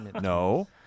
No